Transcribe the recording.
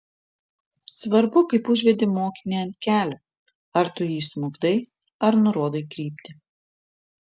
svarbu kaip užvedi mokinį ant kelio ar tu jį smukdai ar nurodai kryptį